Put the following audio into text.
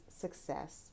success